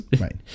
right